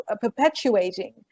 perpetuating